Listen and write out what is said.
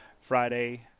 Friday